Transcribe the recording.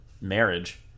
marriage